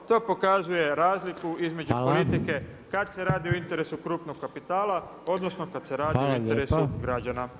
To pokazuje razliku između politike [[Upadica Reiner: Hvala.]] kad se radi o interesu krupnog kapitala, odnosno kada se radi o interesu građana.